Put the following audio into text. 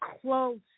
close